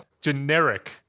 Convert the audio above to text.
generic